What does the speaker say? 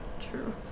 true